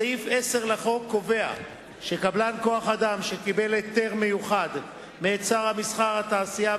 סעיף 10 לחוק קובע שקבלן כוח-אדם שקיבל היתר מיוחד מאת שר התעשייה,